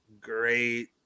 Great